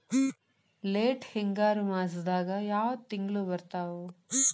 Late ಹಿಂಗಾರು ಮಾಸದಾಗ ಯಾವ್ ತಿಂಗ್ಳು ಬರ್ತಾವು?